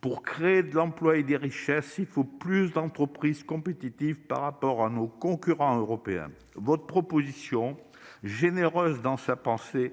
Pour créer de l'emploi et des richesses, il faut plus d'entreprises compétitives par rapport à nos concurrents européens. Votre proposition, généreuse dans son principe, de